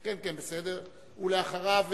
אחריה,